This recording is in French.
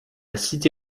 cité